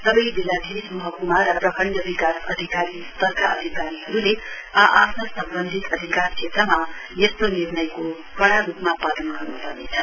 सबै जिल्लाधीश महक्मा र प्रखण्ड विकास अधिकारी सतरका अदिकारीहरूले आ आफ्ना सम्वन्धित अधिकारा क्षेत्रमा यस्तो निर्णयको कड़ा रूपमा पालन गर्नुपर्नेछ